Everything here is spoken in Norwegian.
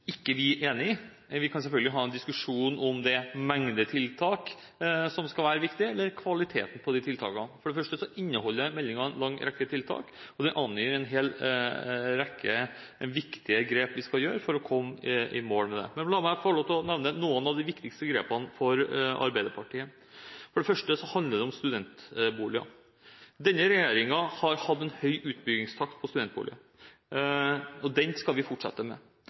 ikke enig i. Vi kan selvfølgelig ha en diskusjon om det er mengden av tiltak, eller om det er kvaliteten på tiltak som skal være viktig. For det første inneholder meldingen en lang rekke tiltak, og den angir en hel rekke viktige grep vi skal gjøre for å komme i mål. Men la meg få lov til å nevne noen av de viktigste grepene for Arbeiderpartiet. For det første handler det om studentboliger. Denne regjeringen har hatt en høy utbyggingstakt på studentboliger, og den skal vi fortsette.